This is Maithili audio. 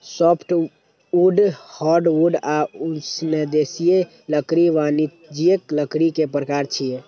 सॉफ्टवुड, हार्डवुड आ उष्णदेशीय लकड़ी वाणिज्यिक लकड़ी के प्रकार छियै